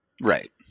Right